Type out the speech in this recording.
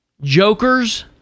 jokers